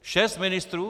Šest ministrů?